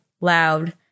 loud